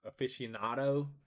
aficionado